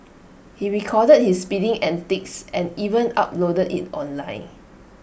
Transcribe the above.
he recorded his speeding antics and even uploaded IT online